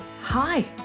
Hi